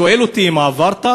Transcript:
הוא שואל אותי: עברת?